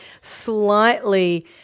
slightly